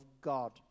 God